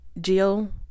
geo